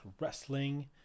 Wrestling